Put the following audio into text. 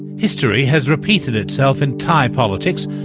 history has repeated itself in thai politics.